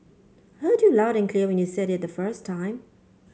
heard you loud and clear when you said it the first time